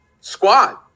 squad